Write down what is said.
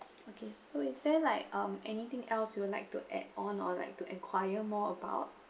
okay so is there like um anything else you'd like to add on or like to enquire more about